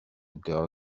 girl